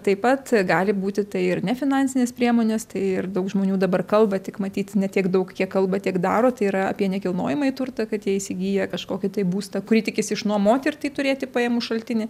taip pat gali būti tai ir nefinansinės priemonės tai ir daug žmonių dabar kalba tik matyt ne tiek daug kiek kalba tiek daro tai yra apie nekilnojamąjį turtą kad jie įsigyja kažkokį tai būstą kurį tikisi išnuomoti ir tai turėti pajamų šaltinį